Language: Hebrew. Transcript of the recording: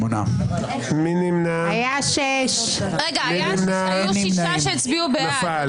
ששמרת על טוהר המידות של ההצבעה פה,